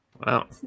Wow